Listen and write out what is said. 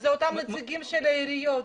אלה אותם נציגים של העיריות.